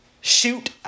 shoot